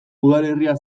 udalerria